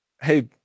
Hey